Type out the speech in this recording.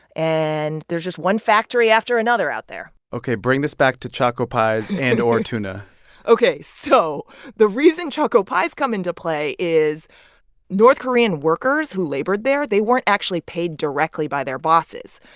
and there's just one factory after another out there ok. bring this back to choco pies and or tuna ok. so the reason choco pies come into play is north korean workers who labored there they weren't actually paid directly by their bosses.